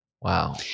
Wow